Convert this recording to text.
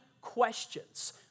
questions